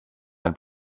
ein